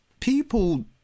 people